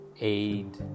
aid